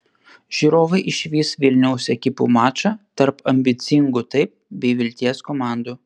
žiūrovai išvys vilniaus ekipų mačą tarp ambicingų taip bei vilties komandų